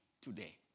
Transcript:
today